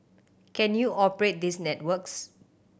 can you operate these networks